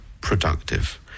productive